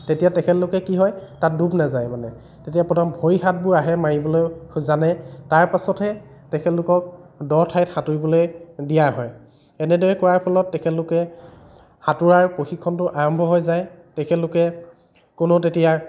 তেতিয়া তেখেতলোকে কি হয় তাত ডুব নেযায় মানে তেতিয়া প্ৰথম ভৰি হাতবোৰ আহে মাৰিবলৈ জানে তাৰ পাছতহে তেখেতলোকক দ ঠাইত সাঁতুৰিবলৈ দিয়া হয় এনেদৰে কৰাৰ ফলত তেখেতলোকে সাঁতোৰাৰ প্ৰশিক্ষণটো আৰম্ভ হৈ যায় তেখেতলোকে কোনো তেতিয়া